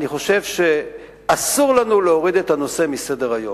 אני חושב שאסור לנו להוריד את הנושא מסדר-היום.